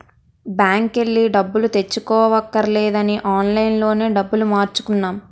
బాంకెల్లి డబ్బులు తెచ్చుకోవక్కర్లేదని ఆన్లైన్ లోనే డబ్బులు మార్చుకున్నాం